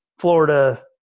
Florida